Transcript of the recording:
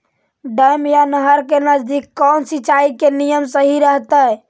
Dam या नहर के नजदीक कौन सिंचाई के नियम सही रहतैय?